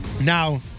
Now